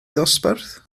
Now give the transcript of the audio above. ddosbarth